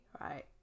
right